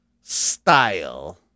style